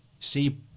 see